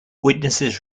witnesses